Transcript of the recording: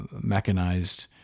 mechanized